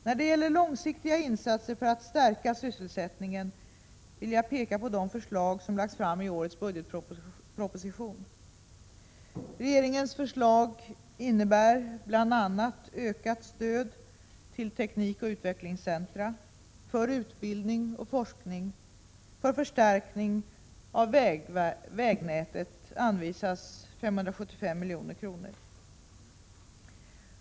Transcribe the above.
När det gäller långsiktiga insatser för att stärka sysselsättningen vill jag peka på de förslag som lagts fram i årets budgetproposition.